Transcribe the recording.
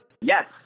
yes